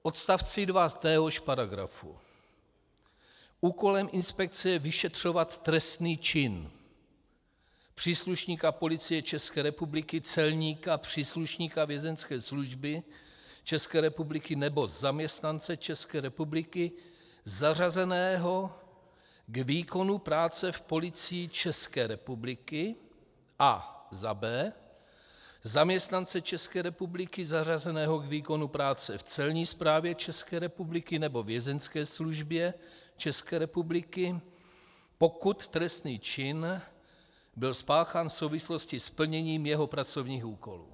V odst. 2 téhož paragrafu: Úkolem inspekce je vyšetřovat trestný čin příslušníka Policie České republiky, celníka, příslušníka Vězeňské služby České republiky nebo zaměstnance České republiky zařazeného k výkonu práce v Policii České republiky a b) zaměstnance České republiky zařazeného k výkonu práce v Celní správě České republiky nebo Vězeňské službě České republiky, pokud trestný čin byl spáchán v souvislosti s plněním jeho pracovních úkolů.